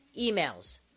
emails